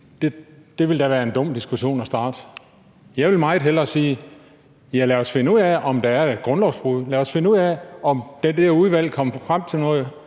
Det ville da være en dum diskussion at starte. Jeg vil meget hellere sige: Ja, lad os finde ud af, om der er et grundlovsbrud, lad os finde ud af, om det der udvalg kommer frem til noget.